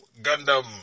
Gundam